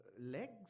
legs